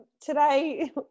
today